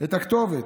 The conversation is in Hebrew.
את הכתובת.